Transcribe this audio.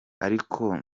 ariko